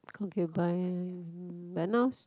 concubine but now